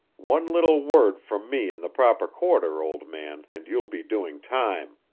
one little word from me in the proper quarter, old man, and you'll be doing time.